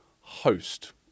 host